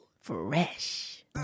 Fresh